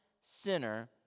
sinner